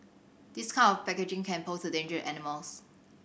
this kind of packaging can pose a danger animals